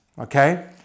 Okay